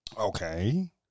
Okay